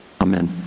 Amen